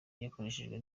yakoreshejwe